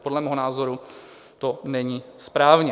Podle mého názoru to není správně.